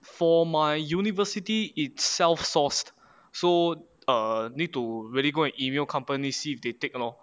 for my university it's self sourced so err need to really go and email company see if they take lor